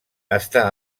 està